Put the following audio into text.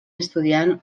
estudiant